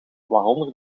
waaronder